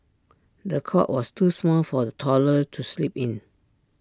the cot was too small for the toddler to sleep in